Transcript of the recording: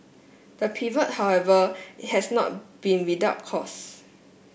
the pivot however has not been without costs